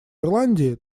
ирландии